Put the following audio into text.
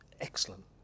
excellent